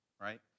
right